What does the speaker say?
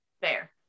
Fair